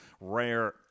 Rare